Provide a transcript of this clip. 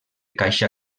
caixa